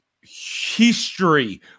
history